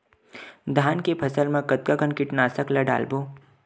धान के फसल मा कतका कन कीटनाशक ला डलबो?